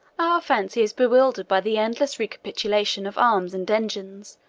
our fancy is bewildered by the endless recapitulation of arms and engines,